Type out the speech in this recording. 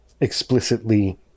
explicitly